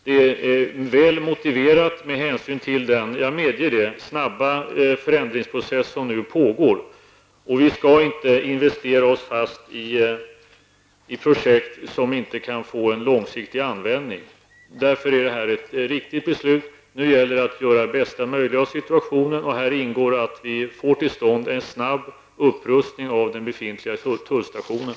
Det är väl motiverat med hänsyn till den snabba, jag medger detta, förändringsprocess som nu pågår. Vi skall inte investera oss fast i projekt som inte kan få en långsiktig användning. Det är därför som detta är ett riktigt beslut. Nu gäller det att göra det bästa möjliga av situationen, och häri ingår att vi får till stånd en snabb upprustning av den befintliga tullstationen.